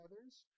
others